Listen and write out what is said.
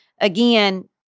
again